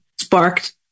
sparked